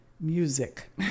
music